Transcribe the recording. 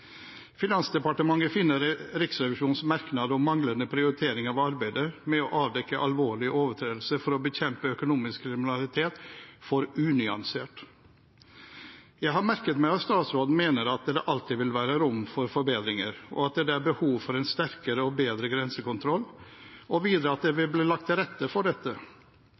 Finansdepartementet finner Riksrevisjonens merknad om manglende prioritering av arbeidet med å avdekke alvorlig overtredelse for å bekjempe økonomisk kriminalitet for unyansert. Jeg har merket meg at statsråden mener at det alltid vil være rom for forbedringer, at det er behov for en sterkere og bedre grensekontroll, og at det vil bli lagt til rette for dette.